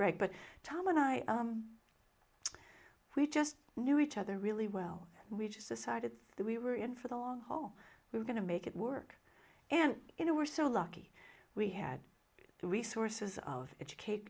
break but tom and i we just knew each other really well we just decided that we were in for the long haul we were going to make it work and you know we're so lucky we had the resources of educate